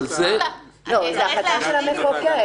זו החלטה של המחוקק.